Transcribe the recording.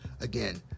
Again